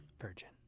virgin